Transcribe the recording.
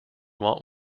want